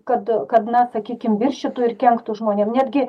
kad kad na sakykim viršytų ir kenktų žmonėm netgi